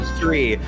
three